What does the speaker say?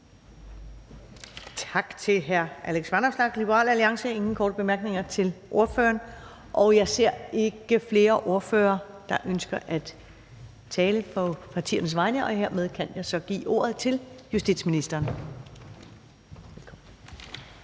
Tak til hr. Alex Vanopslagh, Liberal Alliance. Der er ingen korte bemærkninger til ordføreren. Jeg ser ikke flere ordførere, der ønsker at tale på partiernes vegne, og jeg kan hermed give ordet til justitsministeren. Kl.